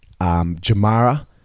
Jamara